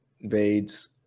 invades